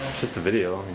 just a video.